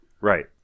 Right